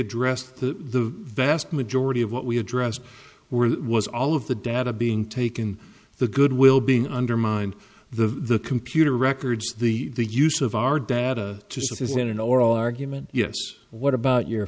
addressed the vast majority of what we addressed where was all of the data being taken the goodwill being undermined the computer records the use of our data to sustain an oral argument yes what about your